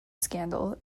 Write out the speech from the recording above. scandal